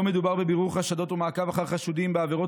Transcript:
לא מדובר בבירור חשדות ומעקב אחר חשודים בעבירות